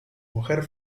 mujer